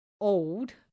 old